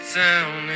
down